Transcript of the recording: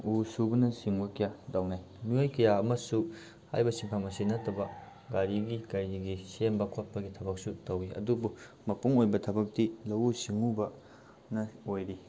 ꯎ ꯁꯨꯕꯅ ꯆꯤꯡꯕ ꯀꯌꯥ ꯇꯧꯅꯩ ꯃꯤꯑꯣꯏ ꯀꯌꯥ ꯑꯃꯁꯨ ꯍꯥꯏꯔꯤꯕ ꯁꯤꯟꯐꯝ ꯑꯁꯤ ꯅꯠꯇꯕ ꯒꯥꯔꯤꯒꯤ ꯀꯔꯤꯒꯤ ꯁꯦꯝꯕ ꯈꯣꯠꯄꯒꯤ ꯊꯕꯛꯁꯨ ꯇꯧꯏ ꯑꯗꯨꯕꯨ ꯃꯄꯨꯡ ꯑꯣꯏꯕ ꯊꯕꯛꯇꯤ ꯂꯧꯎ ꯁꯤꯡꯎꯕꯅ ꯑꯣꯏꯔꯤ